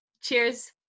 Cheers